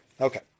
Okay